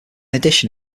addition